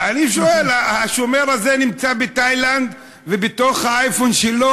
אני שואל: השומר הזה נמצא בתאילנד ובתוך האייפון שלו